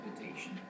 invitation